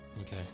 okay